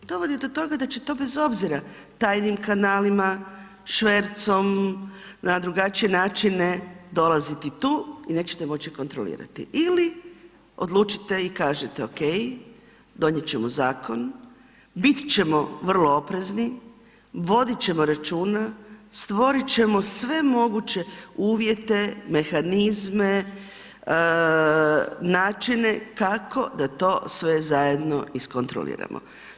Dovodi do toga da će to bez obzira tajnim kanalima, švercom, na drugačije načine dolaziti tu i nećete ju moći kontrolirati ili odlučite i kažete ok, donijet ćemo zakon, bit ćemo vrlo oprezni, vodit ćemo računa, stvorit ćemo sve moguće uvjete, mehanizme, načine kako da to sve zajedno iskontroliramo.